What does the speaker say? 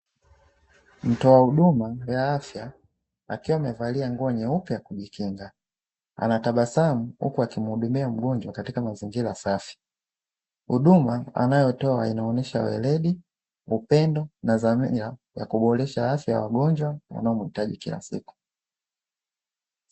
Mtoa huduma ya afya akiwa amevalia nguo nyeupe kujikinga, anatabasam, huku akiwa anamuudumia mgonjwa katika mazingira safi. Huduma anayotoa inaonyesha weledi, upendo na dhamira ya kuboresha afya ya wagonjwa wanaomuitaji kila siku.